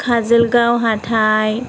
खाजोलगाव हाथाइ